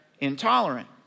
intolerant